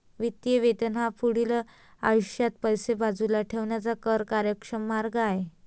निवृत्ती वेतन हा पुढील आयुष्यात पैसे बाजूला ठेवण्याचा कर कार्यक्षम मार्ग आहे